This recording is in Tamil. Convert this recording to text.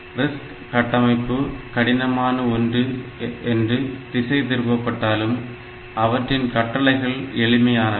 RISC கட்டமைப்பு கடினமான ஒன்று என்று திசை திருப்பப்பட்டாலும் அவற்றின் கட்டளைகள் எளிமையானவை